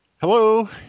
Hello